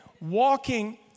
walking